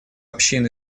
общин